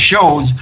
shows